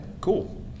Cool